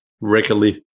regularly